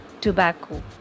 tobacco